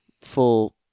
Full